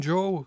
Joe